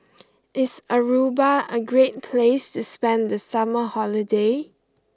is Aruba a great place to spend the summer holiday